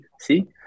See